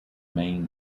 main